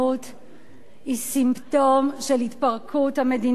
היא סימפטום של התפרקות המדינה מאחריות,